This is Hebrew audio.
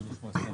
אין בעיה.